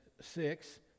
six